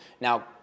Now